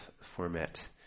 format